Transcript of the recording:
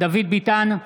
דוד ביטן,